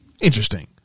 Interesting